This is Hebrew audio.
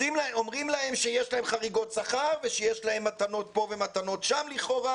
אומרים להם שיש להם חריגות שכר ושיש להם מתנות פה ומתנות שם לכאורה